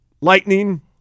Lightning